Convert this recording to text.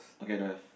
okay don't have